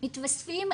מתווספים,